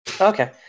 okay